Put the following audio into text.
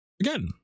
Again